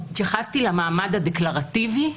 התייחסתי למעמד הדקלרטיבי,